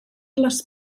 les